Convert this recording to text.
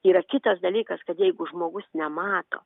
yra kitas dalykas kad jeigu žmogus nemato